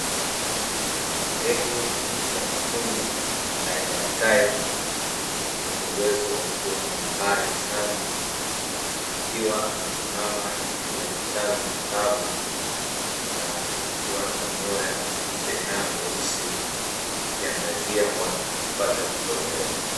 Ndege wa mwituni aina ya tai, mwenye uwezo wa kuona mbali sana. Akiwa amesimama juu ya matawi makavu na, akiwa anamanyoya meupe na meusi, akiangazia wapi pakupata kitoweo.